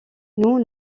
nous